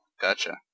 Gotcha